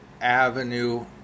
Avenue